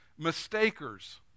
mistakers